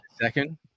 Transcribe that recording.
second